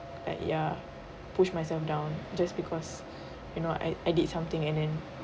like ya push myself down just because you know I I did something and then